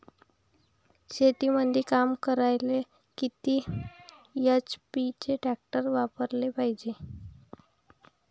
शेतीमंदी काम करायले किती एच.पी चे ट्रॅक्टर वापरायले पायजे?